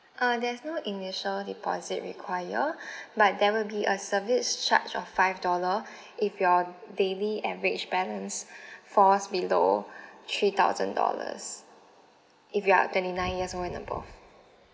uh there's no initial deposit require but there will be a service charge of five dollar if your daily average balance falls below three thousand dollars if you are twenty nine years old and above